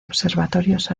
observatorios